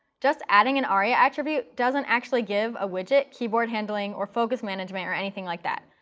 just adding an aria attribute doesn't actually give a widget keyboard handling. or focus management. or anything like that.